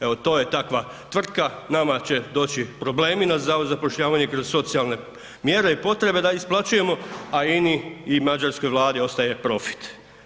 Evo, to je takva tvrtka, nama će doći problemi na Zavod za zapošljavanje kroz socijalne mjere i potrebe da isplaćujemo, a INI i Mađarskoj vladi ostaje profit.